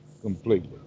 completely